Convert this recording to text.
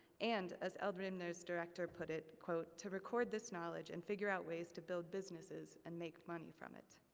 and, as eldrimner's director put it, to record this knowledge and figure out ways to build businesses and make money from it.